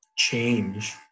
change